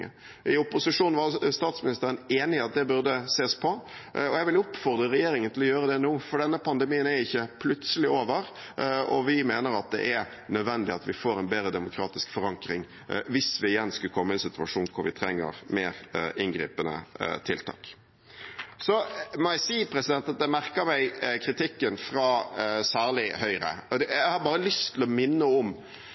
I opposisjon var statsministeren enig i at det burde ses på. Jeg vil oppfordre regjeringen til å gjøre det nå, for denne pandemien er ikke plutselig over, og vi mener det er nødvendig at vi får en bedre demokratisk forankring, hvis vi igjen skulle komme i en situasjon da vi trenger mer inngripende tiltak. Så må jeg si at jeg merker meg kritikken fra særlig Høyre.